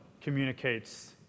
communicates